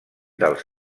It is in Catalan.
dels